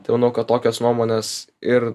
tai manau kad tokios nuomonės ir